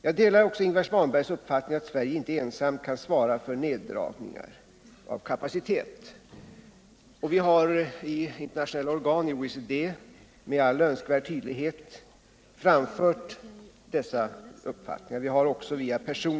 Jag delar också Ingvar Svanbergs uppfattning att Sverige inte ensamt kan svara för neddragningar av kapaciteten. Vi har med all önskvärd tydlighet framfört dessa uppfattningar i internationella organ som OECD.